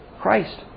Christ